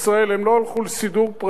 הם לא הלכו לסידור פרטי,